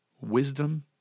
wisdom